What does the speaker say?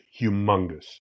humongous